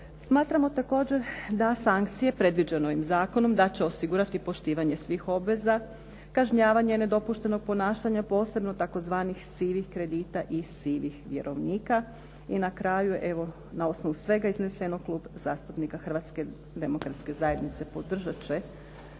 Smatramo također da sankcije predviđene ovim zakonom, da će osigurati poštivanje svih obveza, kažnjavanje nedopuštenog ponašanja, posebno tzv. sivih kredita i sivih vjerovnika. I na kraju, evo na osnov svega iznesenog, Klub zastupnika Hrvatske demokratske zajednice podržati